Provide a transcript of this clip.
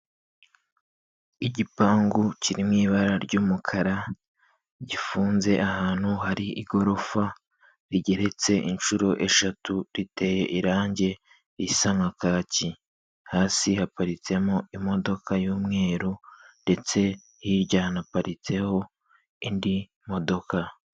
Igipangu kiri mu ibara ry'umukara, gifunze ahantu hari igorofa rigeretse inshuro eshatu, riteye irangi risa nka kaki, hasi haparitsemo imodoka y'umweru ndetse hirya hanaparitseho indi modoka.